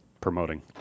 promoting